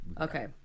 Okay